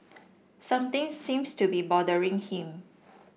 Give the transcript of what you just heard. something seems to be bothering him